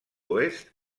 oest